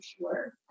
sure